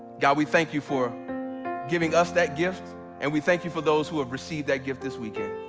god, we thank you for giving us that gift and we thank you for those who have received that gift this weekend,